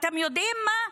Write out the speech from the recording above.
אתם יודעים מה?